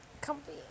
Comfy